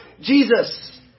Jesus